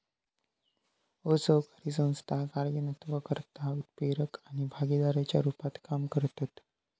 असरकारी संस्था कार्यान्वयनकर्ता, उत्प्रेरक आणि भागीदाराच्या रुपात काम करतत